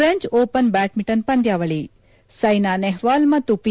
French Open badminton ಪಂದ್ಯಾವಳಿ ಸ್ವೆನಾ ನೆಹವಾಲ್ ಮತ್ತು P